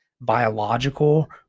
biological